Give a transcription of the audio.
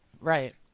Right